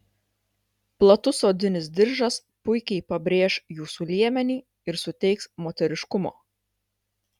platus odinis diržas puikiai pabrėš jūsų liemenį ir suteiks moteriškumo